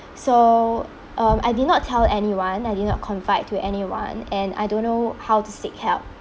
so um I did not tell anyone I didn't confide to anyone and I don't know how to seek help